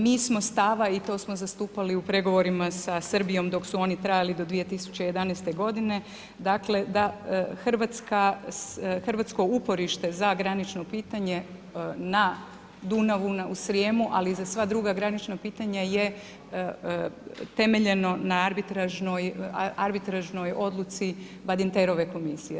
Mi smo stava i to smo zastupali u pregovorima sa Srbijom dok su oni trajali do 2011. g. dakle, da Hrvatska, hrvatsko uporište za granično pitanje, na Dunavu, u Srijemu, ali i za sva druga granična pitanja je temeljeno na arbitražnoj odluci … komisije.